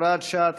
הוראת שעה),